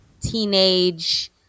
teenage